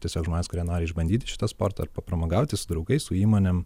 tiesiog žmonės kurie nori išbandyti šitą sportą ar papramogauti su draugais su įmonėm